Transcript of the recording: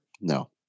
no